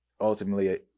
ultimately